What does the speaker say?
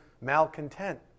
malcontent